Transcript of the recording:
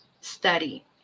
study